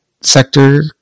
sector